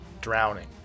drowning